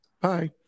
Bye